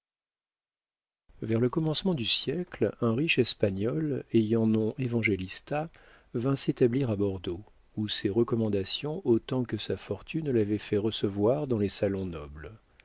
vers le commencement du siècle un riche espagnol ayant nom évangélista vint s'établir à bordeaux où ses recommandations autant que sa fortune l'avaient fait recevoir dans les salons nobles